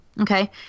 Okay